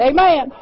Amen